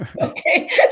Okay